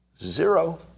zero